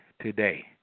Today